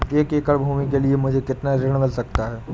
एक एकड़ भूमि के लिए मुझे कितना ऋण मिल सकता है?